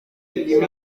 iyi